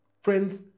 Friends